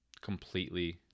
completely